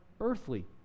earthly